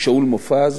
שאול מופז,